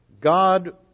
God